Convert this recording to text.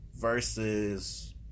versus